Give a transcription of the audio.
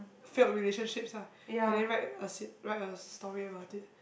failed relationships lah and then write a sit~ write a story about it